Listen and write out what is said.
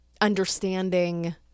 understanding